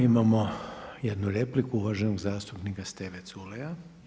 Imamo jednu repliku uvaženog zastupnika Steve Culeja.